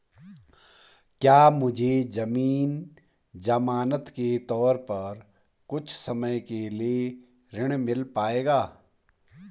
क्या मुझे ज़मीन ज़मानत के तौर पर कुछ समय के लिए ऋण मिल पाएगा?